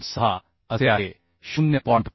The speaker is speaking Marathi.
6 असे आहे 0